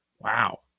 Wow